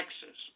Texas